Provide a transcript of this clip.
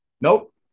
Nope